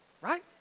right